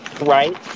right